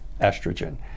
estrogen